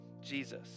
Jesus